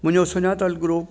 मुंहिंजो सुञातलु ग्रूप